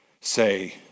say